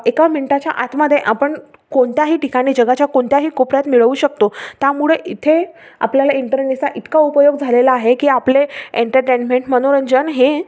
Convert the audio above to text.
एका मिनटाच्या आतमध्ये आपण कोणत्याही ठिकाणी जगाच्या कोणत्याही कोपऱ्यात मिळवू शकतो त्यामुळे इथे आपल्याला इंटरनेचा इतका उपयोग झालेला आहे की आपले एंटरटेनमेंट मनोरंजन हे